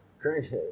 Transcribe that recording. Current